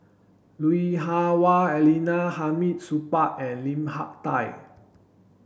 Lui Hah Wah Elena Hamid Supaat and Lim Hak Tai